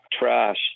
Trash